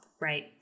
right